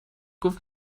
گفت